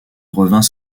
revint